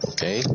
Okay